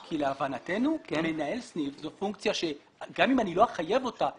להבנתנו מנהל סניף זו פונקציה שגם אם אני לא אחייב אותה,